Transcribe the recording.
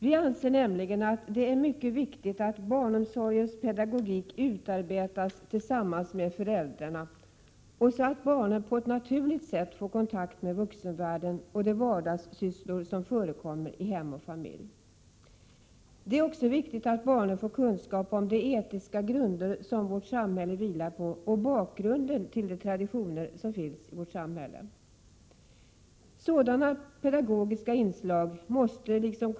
Vi anser nämligen att det är mycket viktigt att barnomsorgens pedagogik utarbetas tillsammans med föräldrarna för att barnen på ett naturligt sätt kan få kontakt med vuxenvärlden och med de vardagssysslor som förekommer i hem och familj. Det är också viktigt att barnen får kunskap om de etiska grunder som vårt samhälle vilar på liksom bakgrunden till de traditioner som finns i vårt samhälle. Sådana pedagogiska inslag måste, inkl.